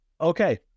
Okay